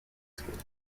schools